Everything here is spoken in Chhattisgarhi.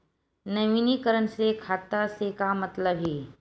नवीनीकरण से खाता से का मतलब हे?